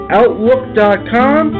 outlook.com